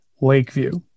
Lakeview